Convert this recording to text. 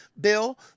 bill